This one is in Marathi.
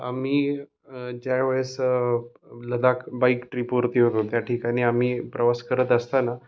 आम्ही ज्यावेेळेस लदाख बाईक ट्रिपवरती होतो त्या ठिकाणी आम्ही प्रवास करत असताना